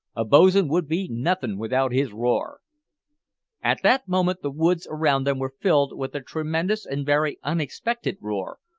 a bo's'n would be nothin' without his roar at that moment the woods around them were filled with a tremendous and very unexpected roar,